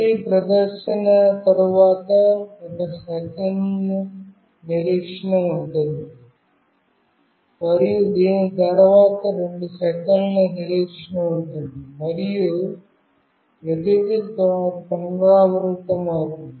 ప్రతి ప్రదర్శన తరువాత 1 సెకన్ల నిరీక్షణ ఉంటుంది మరియు దీని తరువాత 2 సెకన్ల నిరీక్షణ ఉంటుంది మరియు ప్రతిదీ పునరావృతమవుతుంది